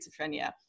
schizophrenia